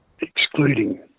excluding